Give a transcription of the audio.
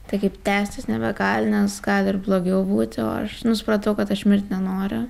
tai kaip tęstis nebegali nes gali ir blogiau būti o aš nu supratau kad aš mirt nenoriu